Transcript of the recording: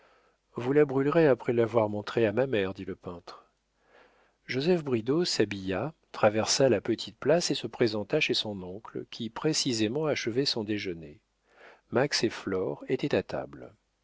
vous la brûlerez après l'avoir montrée à ma mère dit le peintre joseph bridau s'habilla traversa la petite place et se présenta chez son oncle qui précisément achevait son déjeuner max et flore étaient à table